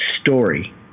Story